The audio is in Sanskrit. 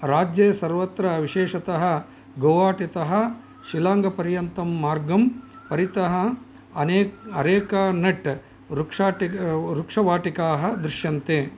राज्ये सर्वत्र विशेषतः गुवाहाटीतः शिलाङ्गपर्यन्तं मार्गं परितः अनेक् अरेका नट् वृक्षाटिक् वृक्षवाटिकाः दृश्यन्ते